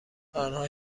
آنها